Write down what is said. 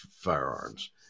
firearms